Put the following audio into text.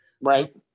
Right